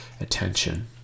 attention